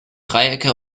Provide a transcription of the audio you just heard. dreiecke